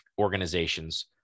organizations